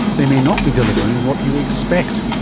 they may not be delivering what you expect.